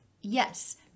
Yes